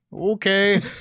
okay